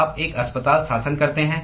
आप l अस्पताल शासन करते हैं